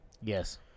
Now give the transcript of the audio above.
yes